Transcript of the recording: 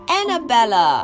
Annabella